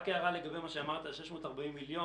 רק הערה לגבי מה שאמרת, 640 מיליון.